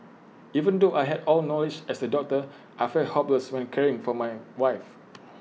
even though I had all noise as A doctor I felt hopeless when caring for my wife